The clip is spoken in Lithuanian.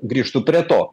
grįžtu prie to